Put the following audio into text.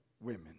women